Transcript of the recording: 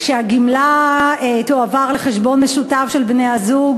שהגמלה תועבר לחשבון משותף של בני-הזוג,